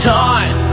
time